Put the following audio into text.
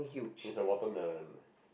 is a watermelon